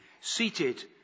seated